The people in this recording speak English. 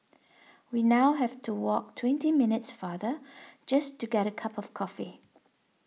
we now have to walk twenty minutes farther just to get a cup of coffee